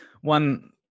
one